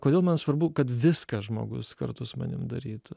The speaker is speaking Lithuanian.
kodėl man svarbu kad viską žmogus kartu su manim darytų